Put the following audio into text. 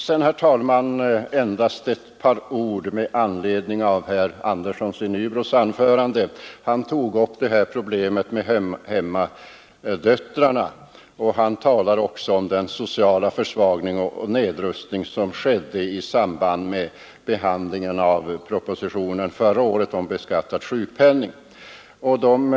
Sedan bara ett par ord med anledning av anförandet av herr Andersson i Nybro. Han tog upp problemet med hemmadöttrarna och talade också om den sociala försvagning och nedrustning som han kallar det som skedde i samband med beslutet om beskattad sjukpenning förra året.